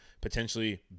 potentially